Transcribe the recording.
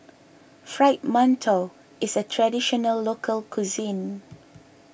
Fried Mantou is a Traditional Local Cuisine